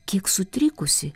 kiek sutrikusi